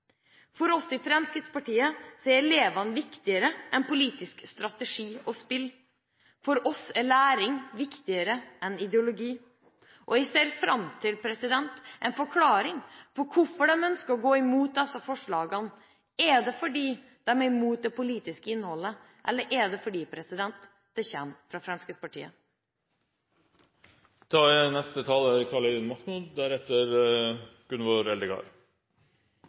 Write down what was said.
For oss i Fremskrittspartiet er elevene viktigere enn politisk strategi og spill. For oss er læring viktigere enn ideologi. Jeg ser fram til en forklaring på hvorfor man ønsker å gå imot disse forslagene. Er det fordi man er imot det politiske innholdet, eller er det fordi det kommer fra Fremskrittspartiet? Oppfinnelsen av skriftspråket la grunnlaget for formidling av kunnskap – kunnskap som er